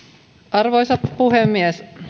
arvoisa puhemies